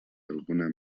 alguna